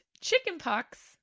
chickenpox